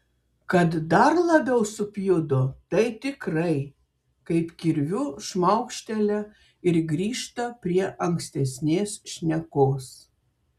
kad dar labiau supjudo tai tikrai kaip kirviu šmaukštelia ir grįžta prie ankstesnės šnekos